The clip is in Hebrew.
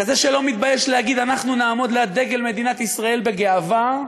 כזה שלא מתבייש להגיד: אנחנו נעמוד ליד דגל מדינת ישראל בגאווה,